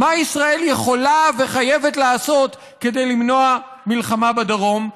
מה ישראל יכולה וחייבת לעשות כדי למנוע מלחמה בדרום?